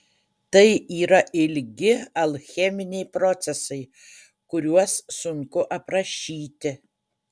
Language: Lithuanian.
tai yra ilgi alcheminiai procesai kuriuos sunku aprašyti